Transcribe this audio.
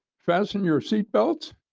fasten your seat belts.